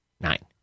Nine